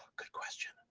good question.